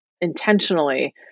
intentionally